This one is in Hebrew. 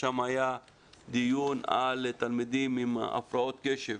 שם היה דיון על תלמידים עם הפרעות קשב